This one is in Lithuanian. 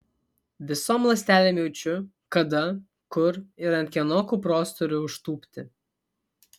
visom ląstelėm jaučiu kada kur ir ant kieno kupros turiu užtūpti